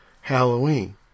Halloween